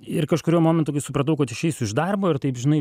ir kažkuriuo momentu kai supratau kad išeisiu iš darbo ir taip žinai